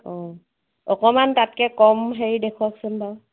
অঁ অকনমান তাতকৈ কম হেৰি দেখুৱাওকচোন বাৰু